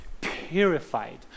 purified